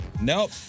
Nope